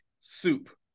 soup